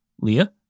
Leah